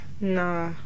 Nah